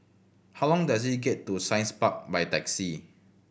how long does it get to Science Park by taxi